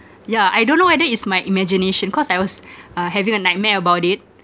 yeah I don't know whether is my imagination cause I was uh having a nightmare about it